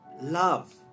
love